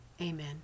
Amen